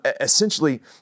essentially